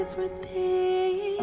with a